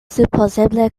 supozeble